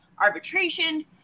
arbitration